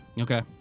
okay